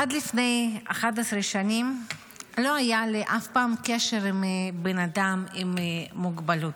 עד לפני 11 שנים לא היה לי אף פעם קשר עם בן אדם עם מוגבלות.